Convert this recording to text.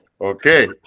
okay